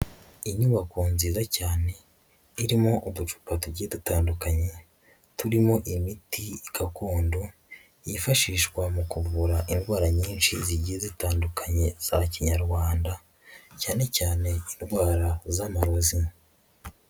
Inyubako nziza cyane irimo uducupa dugiye dutandukanye turimo imiti gakondo yifashishwa mu kuvura indwara nyinshi zigiye zitandukanye za kinyarwanda, cyane cyane indwara z'amarozi.